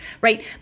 right